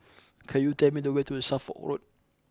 could you tell me the way to Suffolk Road